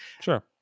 Sure